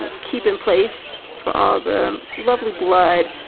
ah keep in place for all the lovely blood.